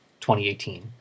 2018